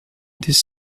this